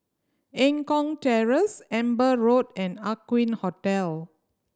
Eng Kong Terrace Amber Road and Aqueen Hotel